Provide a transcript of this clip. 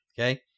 Okay